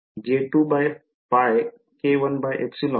विद्यार्थी − π मध्ये